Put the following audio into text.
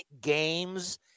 games